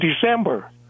December